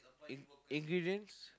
in~ ingredients